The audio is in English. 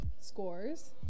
scores